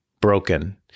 broken